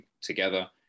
together